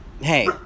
Hey